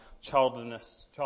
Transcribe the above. childlessness